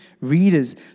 readers